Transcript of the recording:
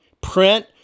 print